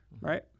right